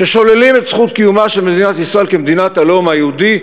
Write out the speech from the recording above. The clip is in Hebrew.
ששוללים את זכות קיומה של מדינת ישראל כמדינת הלאום היהודי,